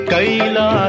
Kaila